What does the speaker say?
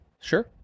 Sure